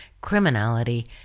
criminality